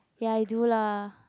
ya I do lah